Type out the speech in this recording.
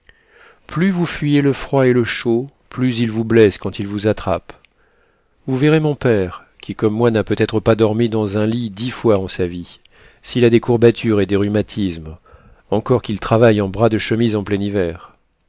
plus vous fuyez le froid et le chaud plus ils vous blessent quand ils vous attrapent vous verrez mon père qui comme moi n'a peut-être pas dormi dans un lit dix fois en sa vie s'il a des courbatures et des rhumatismes encore qu'il travaille en bras de chemise en plein hiver